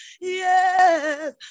yes